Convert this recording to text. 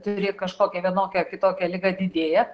turi kažkokią vienokią ar kitokią ligą didėja